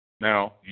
Now